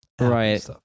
Right